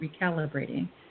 recalibrating